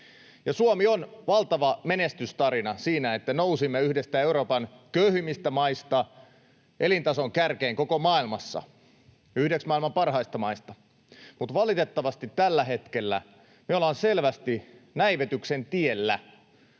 Suomi on valtava menestystarina siinä, että nousimme yhdestä Euroopan köyhimmistä maista elintason kärkeen koko maailmassa — yhdeksi maailman parhaista maista — mutta valitettavasti tällä hetkellä me ollaan selvästi näivetyksen tiellä,